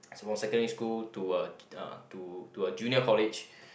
so from secondary school to a uh to to a Junior College